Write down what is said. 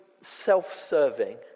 self-serving